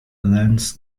lens